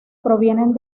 provienen